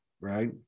right